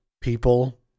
people